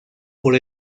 por